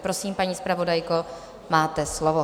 Prosím, paní zpravodajko, máte slovo.